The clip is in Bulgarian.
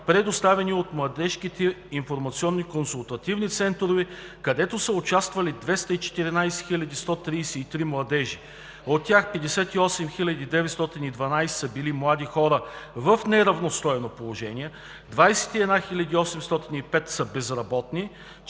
предоставяни от младежките информационно-консултантски центрове, където са участвали 214 133 младежи. От тях 58 912 са били млади хора в неравностойно положение, 21 805 са безработни,